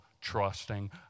trusting